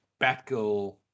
Batgirl